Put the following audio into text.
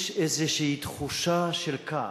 יש איזו תחושה של כעס.